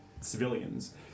civilians